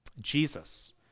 Jesus